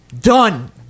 Done